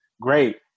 great